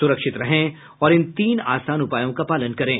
सुरक्षित रहें और इन तीन आसान उपायों का पालन करें